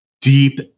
deep